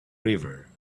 river